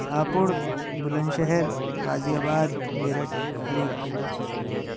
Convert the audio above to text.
Hapur Bulandshahr Ghaziabad Meerut Ali Garh